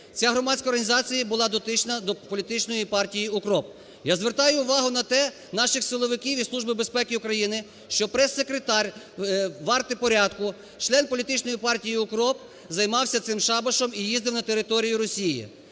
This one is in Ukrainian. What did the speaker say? Ця громадська організація була дотична до політичної партії "УКРОП". Я звертаю увагу на те, наших силовиків і Службу безпеки України, що прес-секретар "Варти порядку", член політичної партії "УКРОП" займався цим шабашем і їздив на територію Росії.